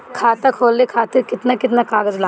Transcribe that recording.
खाता खोले खातिर केतना केतना कागज लागी?